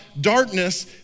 darkness